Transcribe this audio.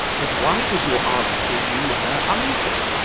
but why does your aunt call you her uncle?